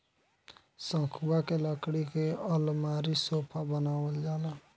सखुआ के लकड़ी के अलमारी, सोफा बनावल जाला